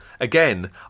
Again